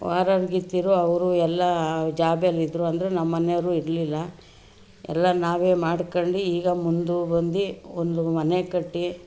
ವಾರಾಗಿತ್ತಿರು ಅವರು ಎಲ್ಲ ಜಾಬಲ್ಲಿದ್ರು ಅಂದರೆ ನಮ್ಮ ಮನೆವ್ರು ಇರಲಿಲ್ಲ ಎಲ್ಲ ನಾವೇ ಮಾಡ್ಕೊಂಡು ಈಗ ಮುಂದುಬಂದು ಒಂದು ಮನೆ ಕಟ್ಟಿ